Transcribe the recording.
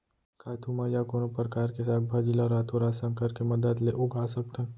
का तुमा या कोनो परकार के साग भाजी ला रातोरात संकर के मदद ले उगा सकथन?